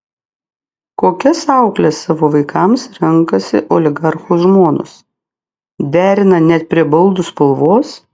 kokias aukles savo vaikams renkasi oligarchų žmonos derina net prie baldų spalvos